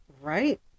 right